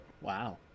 Wow